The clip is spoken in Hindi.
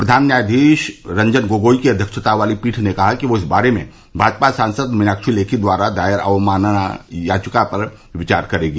प्रधान न्यायाधीश रंजन गोगोई की अध्यक्षता वाली पीठ ने कहा कि वह इस बारे में भाजपा सांसद मीनाक्षी लेखी द्वारा दायर अवमानना याचिका पर विचार करेगी